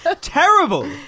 Terrible